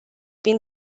been